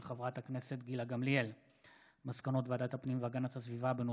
על מסקנות ועדת הפנים והגנת הסביבה בעקבות דיון בהצעתם